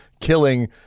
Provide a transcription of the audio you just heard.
killing